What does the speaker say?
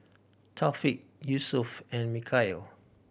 Thaqif Yusuf and Mikhail